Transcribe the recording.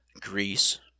Greece